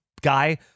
guy